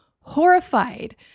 horrified